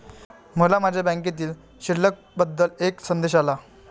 मला माझ्या बँकेतील शिल्लक बद्दल एक संदेश आला